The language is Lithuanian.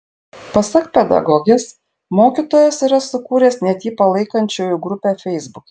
pasak pedagogės mokytojas yra sukūręs net jį palaikančiųjų grupę feisbuke